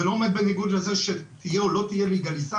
זה לא עומד בניגוד לזה שתהיה או לא תהיה לגליזציה,